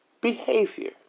behavior